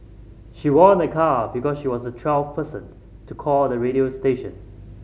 she won a car because she was the twelfth person to call the radio station